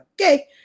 Okay